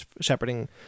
shepherding